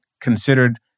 considered